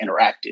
interacted